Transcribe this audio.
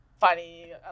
funny